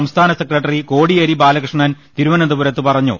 സംസ്ഥാന സെക്രട്ടറി കോടിയേരി ബാലകൃഷ്ണൻ തിരുവനന്തപുരത്ത് പറഞ്ഞു